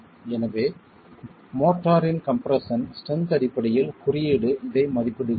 எனவே மோர்ட்டார் இன் compression strength அடிப்படையில் குறியீடு இதை மதிப்பிடுகிறது